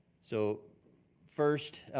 so first,